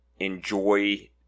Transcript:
enjoy